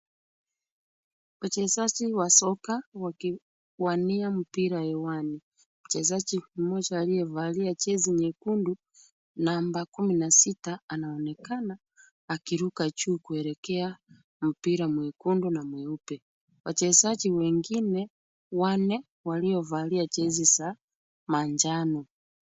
Wachezaji wa soka wakiwania mpira hewani. Mchezaji mmoja aliyevalia jezi nyekundu number 16 anaonekana akiruka juu kuelekea mpira mwekundu na mweupe. Wachezaji wengine wanne waliovalia jezi za manjano.